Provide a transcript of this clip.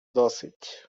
dosyć